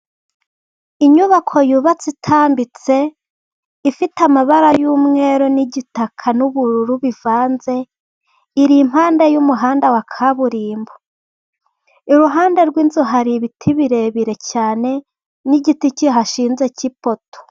Inyubako yubatse itambitse ifite amabara y'umweru n'igitaka n'ubururu bivanze iri impande y'umuhanda wa kaburimbo, iruhande rw'inzu hari ibiti birebire cyane n'igiti kihashinze cy'ipoto.